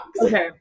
okay